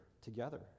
together